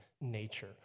nature